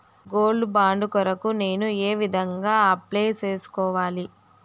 Gold bond కొరకు నేను ఏ విధంగా అప్లై సేసుకోవాలి?